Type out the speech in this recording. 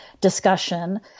discussion